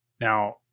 Now